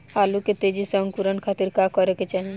आलू के तेजी से अंकूरण खातीर का करे के चाही?